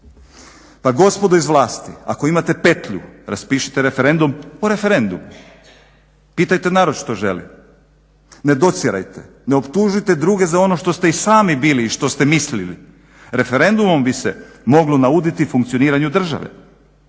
Pa gospodo iz vlasti, ako imate petlju raspišite referendum o referendumu. Pitajte narod što želi? Ne docirajte, ne optužujte druge za ono što ste i sami bili i što ste mislili. Referendumom bi se moglo nauditi funkcioniranju države,